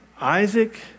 Isaac